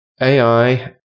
AI